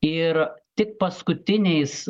ir tik paskutiniais